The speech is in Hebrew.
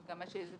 גם מה שהסברתי.